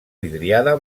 vidriada